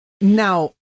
Now